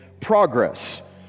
progress